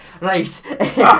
Right